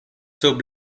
sub